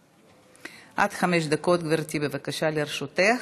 עד חמש דקות, גברתי, לרשותך.